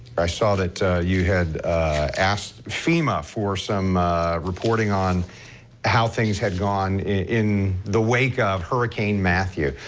i saw that you had asked fema for some reporting on how things had gone in the wake of hurricane matthew.